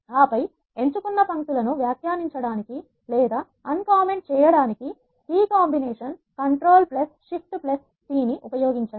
ఆపై ఎంచుకున్న పంక్తులను వ్యాఖ్యానించడానికి లేదా అన్ కామెంట్ చేయడానికి కి combination control shift C control shift c నీ ఉపయోగించండి